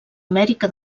amèrica